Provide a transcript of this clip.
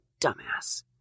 dumbass